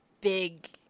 big